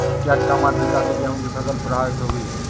क्या कम आर्द्रता से गेहूँ की फसल प्रभावित होगी?